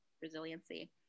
resiliency